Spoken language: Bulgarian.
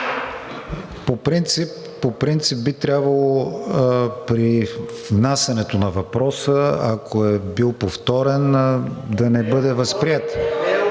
По принцип би трябвало при внасянето на въпроса, ако е бил повторен, да не бъде възприет.